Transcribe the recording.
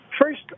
First